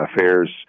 affairs